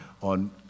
on